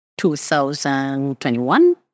2021